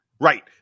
Right